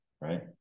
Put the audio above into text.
right